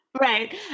Right